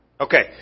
Okay